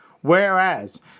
Whereas